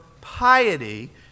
piety